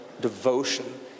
devotion